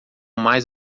mais